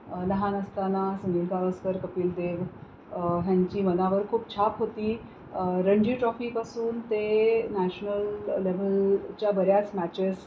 लहान असताना सुनील गावस्कर कपिल देव ह्यांची मनावर खूप छाप होती रणजी ट्रॉफीपासून ते नॅशनल लेव्हलच्या बऱ्याच मॅचेस